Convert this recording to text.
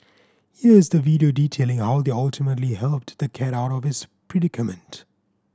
here is the video detailing how they ultimately helped the cat out of its predicament